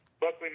Buckley